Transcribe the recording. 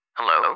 Hello